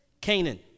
Canaan